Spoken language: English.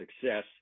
success